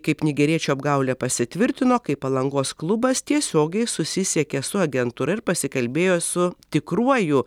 kaip nigeriečio apgaulė pasitvirtino kai palangos klubas tiesiogiai susisiekė su agentūra ir pasikalbėjo su tikruoju